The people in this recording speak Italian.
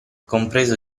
compreso